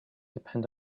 depend